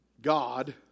God